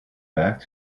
back